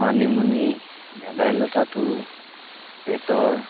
মানিমুনি ভেদাইলতাটো পেটৰ